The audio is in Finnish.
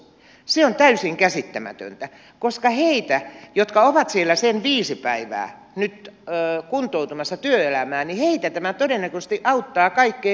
se on täysin käsittämätöntä koska heitä jotka ovat siellä sen viisi päivää nyt kuntoutumassa työelämään tämä todennäköisesti auttaa kaikkein eniten